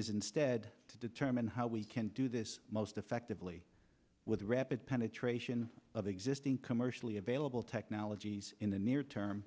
is instead to determine how we can do this most effectively with rapid penetration of existing commercially available technologies in the near term